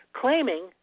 claiming